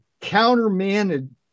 countermanded